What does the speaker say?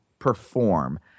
perform